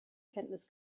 kenntnis